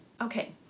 Okay